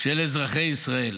של אזרחי ישראל.